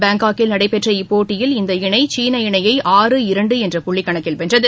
பாங்காக்கில் நடைபெற்ற இப்போட்டியில் இந்த இணை சீன இணையை ஆறு இரண்டு என்ற புள்ளி கணக்கில் வென்றது